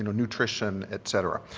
nutrition, et cetera.